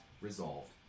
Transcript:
resolved